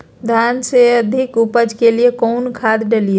धान के अधिक उपज के लिए कौन खाद डालिय?